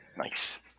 Nice